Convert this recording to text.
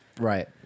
Right